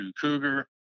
Cougar